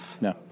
No